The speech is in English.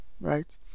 right